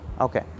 Okay